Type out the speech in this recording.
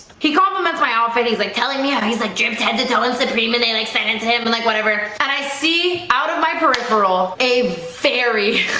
he complements my outfit he's like telling yeah he's like jim's had to tell us the dream and they like sent it and to him but like whatever and i see out of my peripheral a very